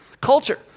culture